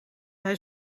hij